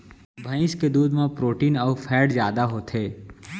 भईंस के दूद म प्रोटीन अउ फैट जादा होथे